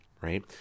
right